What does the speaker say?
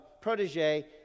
protege